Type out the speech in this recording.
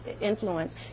influence